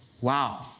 Wow